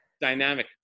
Dynamic